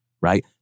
right